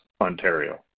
Ontario